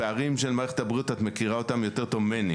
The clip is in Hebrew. את הפערים של מערכת הבריאות את מכירה יותר טוב ממני.